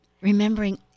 remembering